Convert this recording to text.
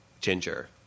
Ginger